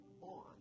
on